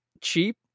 cheap